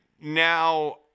now